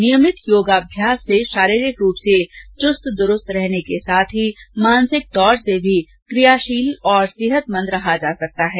नियमित योगाभ्यास से शारीरिक रुप से चस्त दुरुस्त रहने के साथ ही मानसिक तौर से भी क्रियाशील और सेहतमंद रहा जा सकता है